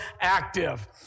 active